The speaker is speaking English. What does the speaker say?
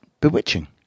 bewitching